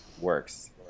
works